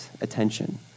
attention